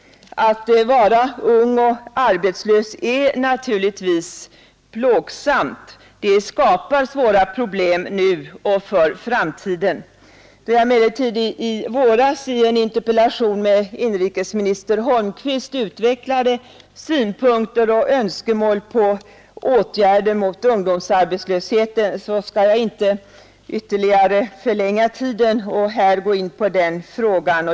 Att vara ung och arbetslös är naturligtvis plågsamt. Det skapar svåra problem nu och för framtiden. Då jag emellertid under en interpellationsdebatt i våras med inrikesminister Holmqvist utvecklade synpunkter och önskemål på åtgärder mot ungdomsarbetslösheten, skall jag inte ytterligare ta upp tiden och här gå in på den frågan.